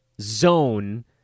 zone